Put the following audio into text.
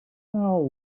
now